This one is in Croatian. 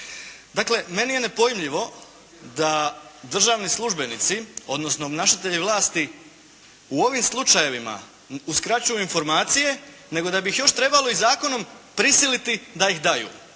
Dakle, meni je nepojmljivo da državni službenici, odnosno obnašatelji vlasti u ovim slučajevima uskraćuju informacije nego da bi ih još trebalo i zakonom prisiliti da ih daju.